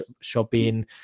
Shopping